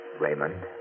Raymond